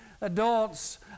Adults